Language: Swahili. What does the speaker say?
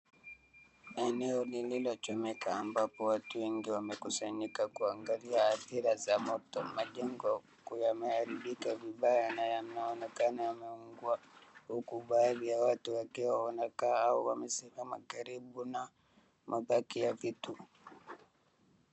Eneo lililochomeka ambapo watu wengi wamekusanyika kuangalia hadhira za moto, majengo huku yameharibika vibaya na yanaonekana yameungua, huku baadhi ya watu wakiwa wanakaa au wamesimama karibu na mabaki ya vitu.